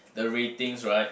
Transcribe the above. the ratings right